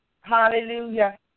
Hallelujah